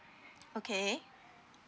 okay